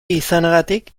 izanagatik